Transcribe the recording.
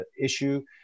issue